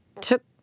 took